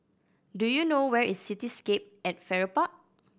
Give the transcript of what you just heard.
do you know where is Cityscape at Farrer Park